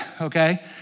Okay